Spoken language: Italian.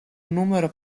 numero